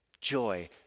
joy